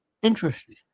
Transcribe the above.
Interesting